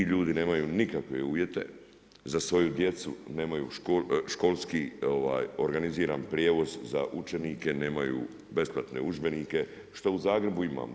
Ti ljudi nemaju nikakve uvjete, za svoju djecu nemaju školski organiziran prijevoz za učenike, nemaju besplatne udžbenike što u Zagrebu imamo.